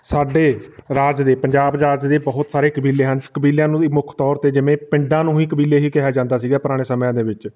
ਸਾਡੇ ਰਾਜ ਦੇ ਪੰਜਾਬ ਰਾਜ ਦੇ ਬਹੁਤ ਸਾਰੇ ਕਬੀਲੇ ਹਨ ਕਬੀਲਿਆਂ ਨੂੰ ਵੀ ਮੁੱਖ ਤੌਰ 'ਤੇ ਜਿਵੇਂ ਪਿੰਡਾਂ ਨੂੰ ਹੀ ਕਬੀਲੇ ਹੀ ਕਿਹਾ ਜਾਂਦਾ ਸੀਗਾ ਪੁਰਾਣੇ ਸਮਿਆਂ ਦੇ ਵਿੱਚ